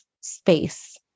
space